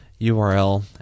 URL